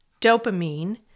dopamine